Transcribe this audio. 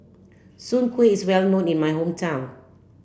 Soon kway is well known in my hometown